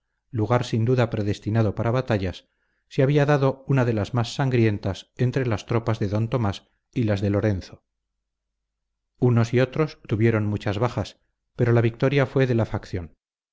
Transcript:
lugar sin duda predestinado para batallas se había dado una de las más sangrientas entre las tropas de d tomás y las de lorenzo unos y otros tuvieron muchas bajas pero la victoria fue de la facción